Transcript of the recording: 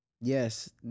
Yes